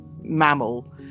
mammal